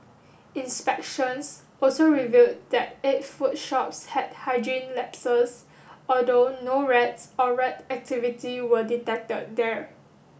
inspections also revealed that eight food shops had hygiene lapses although no rats or rat activity were detected there